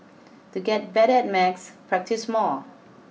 to get better at maths practise more